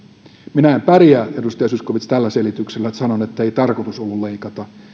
minä en pärjää edustaja zyskowicz tällä selityksellä että sanon ettei tarkoitus ollut leikata